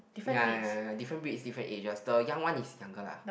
ya ya ya ya ya different breed is different age the young one is younger lah